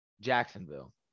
Jacksonville